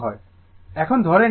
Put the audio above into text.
এখন ধরে নিন i Im sin ω t